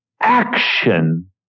action